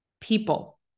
people